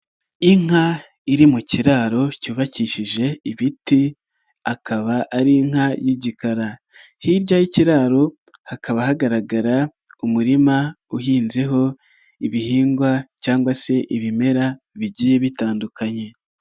Inka iri mu kiraro cyubakishije ibiti, akaba ari inka y'igikara, hirya y'ikiraro hakaba hagaragara umurima uhinzeho ibihingwa cyangwa se ibimera bigiye bitandukanye.